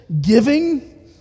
giving